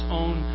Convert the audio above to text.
own